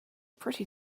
pretty